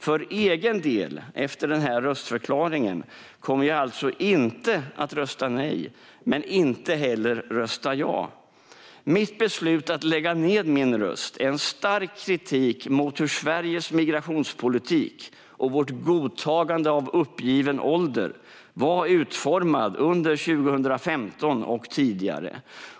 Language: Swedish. För egen del, efter denna röstförklaring, kommer jag alltså inte att rösta nej men inte heller att rösta ja. Mitt beslut att lägga ned min röst är en stark kritik mot hur Sveriges migrationspolitik och vårt godtagande av uppgiven ålder var utformad under 2015 och tidigare.